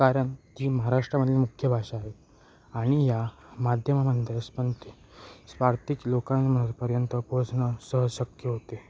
कारण ती महाराष्ट्रामधली मुख्य भाषा आहे आणि ह्या माध्यमामध्ये स्पंति स्पार्तिक लोकां पर्यंत पोचणं सहज शक्य होते